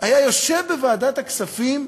ז'קי לוי היה יושב בוועדת הכספים,